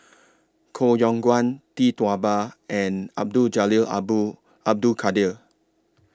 Koh Yong Guan Tee Tua Ba and Abdul Jalil Abul Abdul Kadir